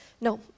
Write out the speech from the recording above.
no